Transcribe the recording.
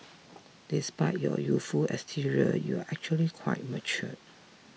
despite your youthful exterior you're actually quite mature